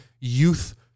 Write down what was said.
youth